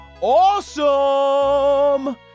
awesome